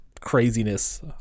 craziness